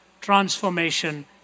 transformation